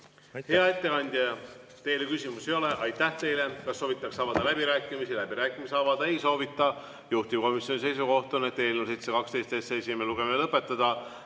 Hea ettekandja! Teile küsimusi ei ole. Aitäh teile! Kas soovitakse avada läbirääkimisi? Läbirääkimisi avada ei soovita. Juhtivkomisjoni seisukoht on eelnõu 712 esimene lugemine lõpetada.